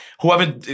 Whoever